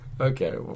Okay